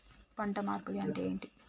పంట మార్పిడి అంటే ఏంది?